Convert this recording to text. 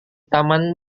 taman